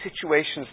situations